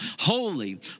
Holy